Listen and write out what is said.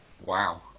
wow